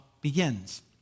begins